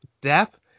death